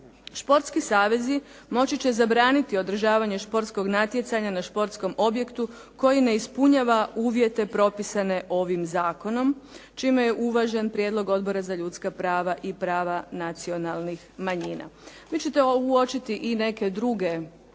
Športski savezi moći će zabraniti održavanje športskog natjecanja na športskom objektu koji ne ispunjava uvjete propisane ovim zakonom, čime je uvažen prijedlog odbora za ljudska prava i prava nacionalnih manjina. Vi ćete uočiti i neke druge